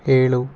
ಏಳು